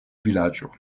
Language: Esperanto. vilaĝo